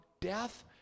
death